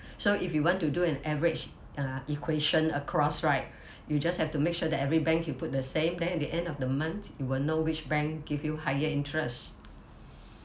so if you want to do an average uh equation across right you just have to make sure that every bank you put the same then at the end of the month you will know which bank give you higher interest